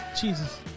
Jesus